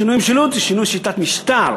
שינוי משילות זה שינוי שיטת משטר,